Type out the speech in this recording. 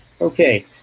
Okay